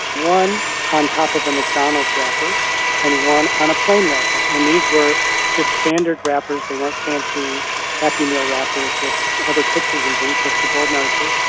one on top of a mcdonald's wrapper and one on a plain wrapper. and these were just standard wrappers, they weren't fancy happy meal wrappers with other pictures of and things, just the golden arches,